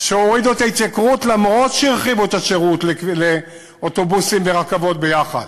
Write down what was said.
שהורידו את ההתייקרות אף שהרחיבו את השירות לאוטובוסים ורכבות ביחד.